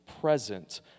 present